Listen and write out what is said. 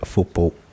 Football